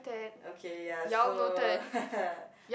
okay ya so